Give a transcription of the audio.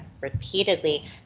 repeatedly